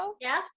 Yes